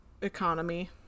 economy